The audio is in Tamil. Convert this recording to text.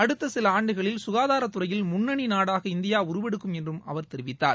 அடுத்த சில ஆண்டுகளில் சுகாதாரத்துறையில் முன்னணி நாடாக இந்தியா உருவெடுக்கும் என்றும் அவர் தெரிவித்தார்